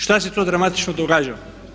Šta se to dramatično događalo?